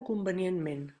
convenientment